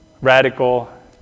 radical